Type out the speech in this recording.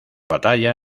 batalla